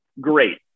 great